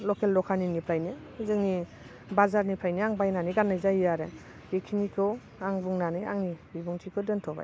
लकेल दखानिनिफ्रायनो जोंनि बाजारनिफ्रायनो आं बायनानै गाननाय जायो आरो बेखिनिखौ आं बुंनानै आंनि बिबुंथिखौ दोनथ'बाय